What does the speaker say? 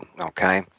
Okay